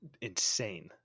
insane